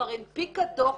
כבר הנפיקה דוח,